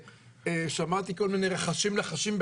שמעתי פה כל מיני רחשים לחשים,